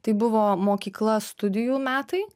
tai buvo mokykla studijų metai